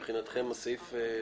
הסעיף מבחינתכם ברור?